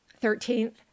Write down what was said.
thirteenth